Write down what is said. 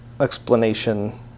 explanation